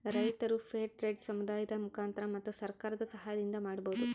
ರೈತರು fair trade ಸಮುದಾಯದ ಮುಖಾಂತರ ಮತ್ತು ಸರ್ಕಾರದ ಸಾಹಯದಿಂದ ಮಾಡ್ಬೋದು